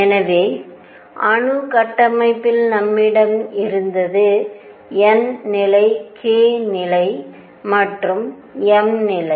எனவே அணு கட்டமைப்பில் நம்மிடம் இருந்தது n நிலை k நிலை மற்றும் m நிலை